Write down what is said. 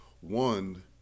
one